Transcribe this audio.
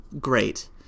Great